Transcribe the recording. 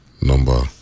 number